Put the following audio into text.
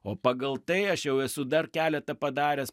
o pagal tai aš jau esu dar keletą padaręs